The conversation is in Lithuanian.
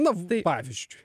nuv pavyzdžiui